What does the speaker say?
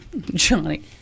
Johnny